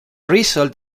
result